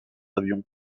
avion